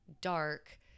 dark